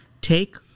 Take